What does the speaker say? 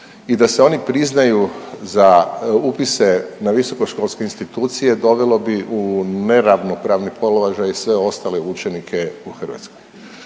i da se oni priznaju za upise na visokoškolske institucije, dovelo bi u neravnopravni položaj sve ostale učenike u Hrvatskoj.